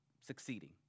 succeeding